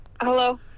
Hello